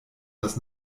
das